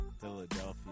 Philadelphia